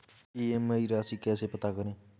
EMI राशि कैसे पता करें?